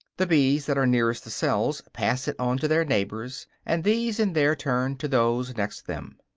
the bees that are nearest the cells pass it on to their neighbors, and these in their turn to those next them.